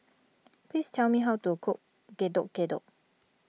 please tell me how to cook Getuk Getuk